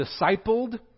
discipled